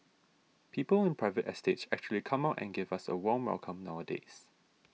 people in private estates actually come out and give us a warm welcome nowadays